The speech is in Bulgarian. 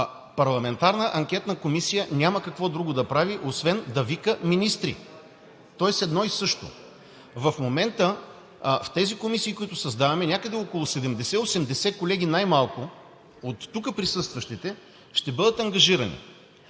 Парламентарната анкетна комисия няма какво друго да прави, освен да вика министри, тоест едно и също. В момента в тези комисии, които създаваме, някъде около 70 – 80 колеги най-малко оттук присъстващите ще бъдат ангажирани.